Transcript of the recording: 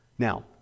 Now